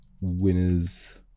winners